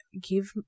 give